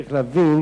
צריך להבין